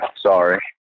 Sorry